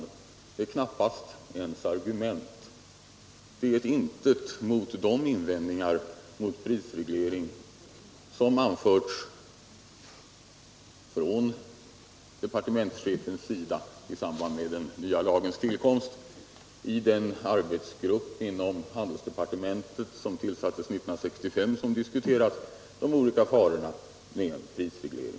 Det är knappast ens argument och ett intet mot de invändningar mot prisreglering som i samband med den nya lagens tillkomst anförts från departementschefens sida eller i den arbetsgrupp i handelsdepartementet som tillsattes 1965 och som diskuterade de olika farorna med en prisreglering.